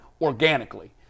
organically